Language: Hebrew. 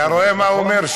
אתה רואה מה הוא אומר?